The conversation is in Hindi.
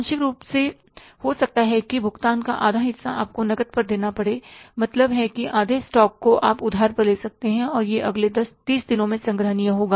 आंशिक रूप से हो सकता है कि भुगतान का आधा हिस्सा आपको नकद पर देना पड़े मतलब है कि आधे स्टॉक को आप उधार पर ले सकते हैं और यह अगले 30 दिनों में संग्रहणीय होगा